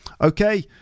Okay